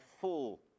full